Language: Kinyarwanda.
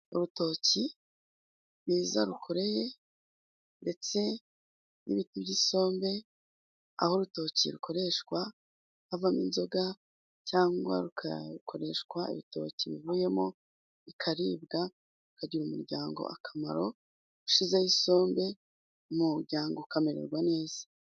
Urutoki rwiza rukoreye ndetse n'ibiti by'isombe, aho urutoki rukoreshwa havamo inzoga cyangwa rugakoreshwa ibitoki bivuyemo bikaribwa ukagira umuryango akamaro, ushyizeho isombe umuryango ukamererwa neza.